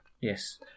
Yes